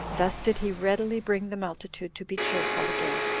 thus did he readily bring the multitude to be cheerful again.